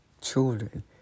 children